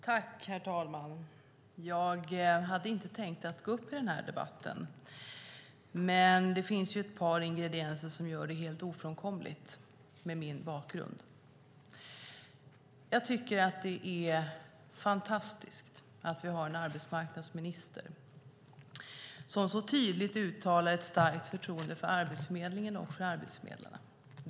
Herr talman! Jag hade inte tänkt gå upp i den här debatten, men det finns ett par ingredienser som gör det helt ofrånkomligt för mig med min bakgrund göra det. Jag tycker att det är fantastiskt att vi har en arbetsmarknadsminister som så tydligt uttalar ett starkt förtroende för Arbetsförmedlingen och för arbetsförmedlarna.